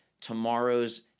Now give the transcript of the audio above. tomorrow's